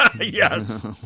Yes